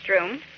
room